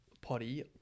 potty